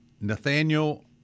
Nathaniel